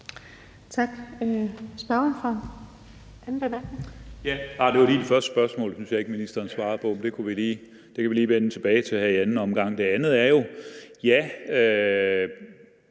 Tak. Spørgeren for den anden korte bemærkning. Kl. 16:10 Peter Skaarup (DD): Det første spørgsmål synes jeg ikke ministeren svarede på, men det kan vi lige vende tilbage til her i anden omgang. Det andet er jo, at